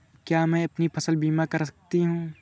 क्या मैं अपनी फसल बीमा करा सकती हूँ?